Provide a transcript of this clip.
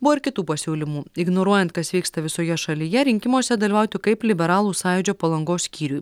buvo ir kitų pasiūlymų ignoruojant kas vyksta visoje šalyje rinkimuose dalyvauti kaip liberalų sąjūdžio palangos skyriui